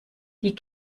die